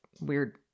weird